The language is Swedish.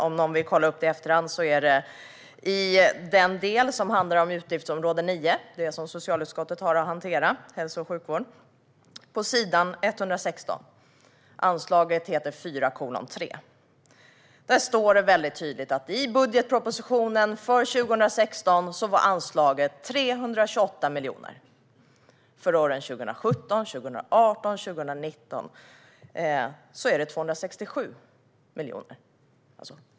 Om någon vill kolla upp det i efterhand finns de i den del som handlar om utgiftsområde 9 om hälso och sjukvård, som socialutskottet har att hantera, på s. 116. Anslaget heter 4:3. Där står det tydligt att i budgetpropositionen för 2016 var anslaget 328 miljoner. För åren 2017, 2018 och 2019 är det 267 miljoner.